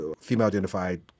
female-identified